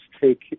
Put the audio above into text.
take